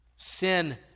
Sin